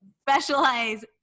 specialize